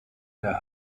der